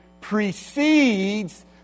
precedes